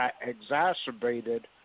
exacerbated